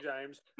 James